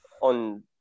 on